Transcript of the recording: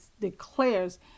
declares